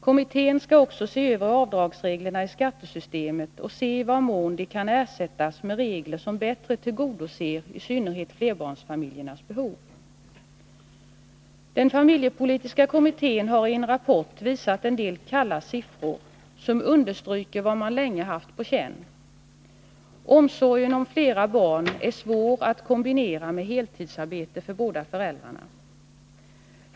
Kommittén skall också se över avdragsreglerna i skattesystemet och undersöka i vad mån de kan ersättas med regler som bättre tillgodoser i synnerhet flerbarnsfamiljernas behov. Den familjepolitiska kommittén har i en rapport visat en del kalla siffror som understryker vad man länge haft på känn: Omsorgen om flera barn är svår att kombinera med heltidsarbete för båda föräldrarna.